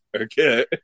Okay